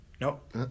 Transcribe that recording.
Nope